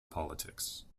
politics